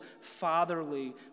fatherly